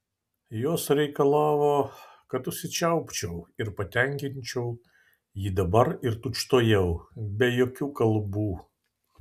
jos reikalavo kad užsičiaupčiau ir patenkinčiau jį dabar ir tučtuojau be jokių kalbų